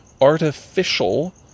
Artificial